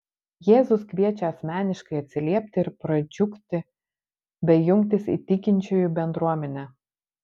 jėzus kviečia asmeniškai atsiliepti ir pradžiugti bei jungtis į tikinčiųjų bendruomenę